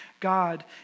god